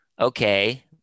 Okay